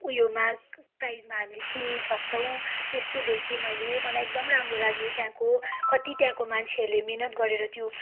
कम उयोमा प्राइसमा हामीले किन्नसक्छौँ त्यस्तो देखेँ मैले मलाई एकदम राम्रो लाग्यो त्यहाँको कत्ति त्यहाँको मान्छेहरूले मिहिनेत गरेर त्यो